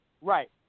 Right